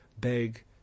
beg